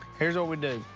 here's what we do.